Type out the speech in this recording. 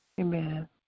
Amen